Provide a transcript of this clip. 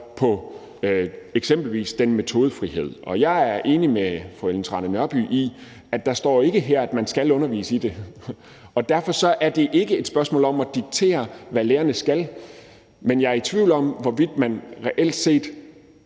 på eksempelvis metodefriheden. Jeg er enig med fru Ellen Trane Nørby i, at der ikke står her, at man skal undervise i det, og derfor er det ikke et spørgsmål om at diktere, hvad lærerne skal. Men jeg er i tvivl om, hvorvidt man reelt set